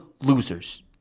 losers